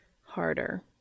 Harder